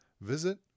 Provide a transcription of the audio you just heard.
visit